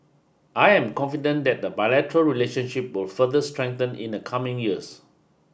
I am confident that the bilateral relationship will further strengthen in the coming years